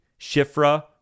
Shifra